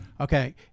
Okay